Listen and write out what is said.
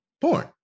porn